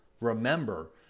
remember